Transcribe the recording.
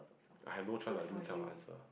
I have no choice but to do this kind of answer